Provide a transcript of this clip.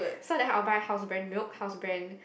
so then I will buy house brand milk house brand